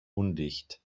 undicht